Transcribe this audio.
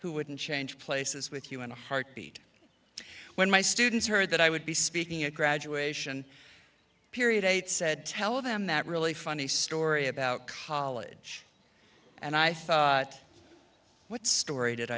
who wouldn't change places with you in a heartbeat when my students heard that i would be speaking at graduation period eight said tell them that really funny story about college and i thought what story